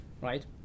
right